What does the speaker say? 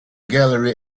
gallery